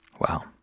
Wow